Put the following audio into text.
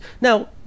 now